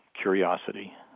curiosity